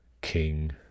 king